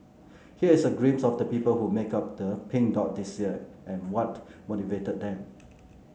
here is a glimpse of the people who made up the Pink Dot this year and what motivated them